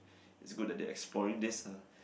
it's good that they exploring this uh